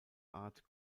art